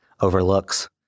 overlooks